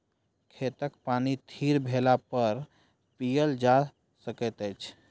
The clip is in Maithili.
खेतक पानि थीर भेलापर पीयल जा सकैत अछि